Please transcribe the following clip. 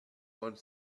one